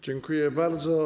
Dziękuję bardzo.